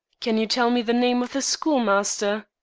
can you tell me the name of the schoolmaster?